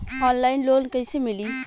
Online loan कइसे मिली?